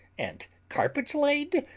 and carpets laid,